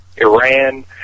Iran